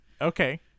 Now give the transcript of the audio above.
Okay